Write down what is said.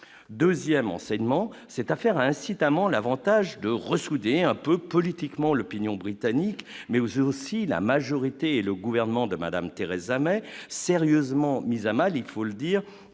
2ème enseignement cette affaire à un site mon l'Avantage de ressouder un peu politiquement l'opinion britannique, mais aussi la majorité et le gouvernement de Madame Theresa May sérieusement mise à mal, il faut le dire